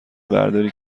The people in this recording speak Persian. برداری